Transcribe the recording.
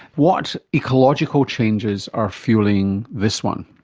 what ecological changes are fuelling this one?